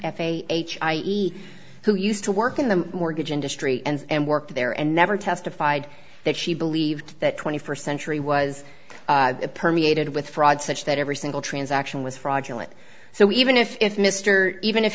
f a h i e who used to work in the mortgage industry and worked there and never testified that she believed that twenty first century was permeated with fraud such that every single transaction was fraudulent so even if mr even if